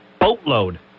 boatload